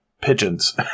pigeons